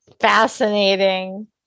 Fascinating